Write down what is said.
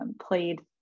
played